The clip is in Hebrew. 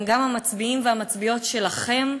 הם גם המצביעים והמצביעות שלכם,